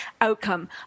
outcome